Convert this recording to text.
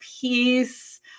peace